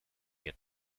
get